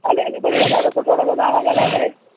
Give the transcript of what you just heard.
हले हले बढ़िया ॾाढो सुठो लॻो जरूर जरूर जरूर सां ॻाल्हाए करे